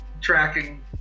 tracking